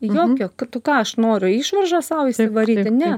jokio kad tu ką aš noriu išvaržą sau įsivaryti ne